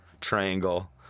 triangle